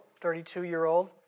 32-year-old